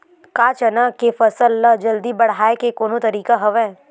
का चना के फसल ल जल्दी बढ़ाये के कोनो तरीका हवय?